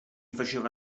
faceva